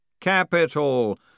Capital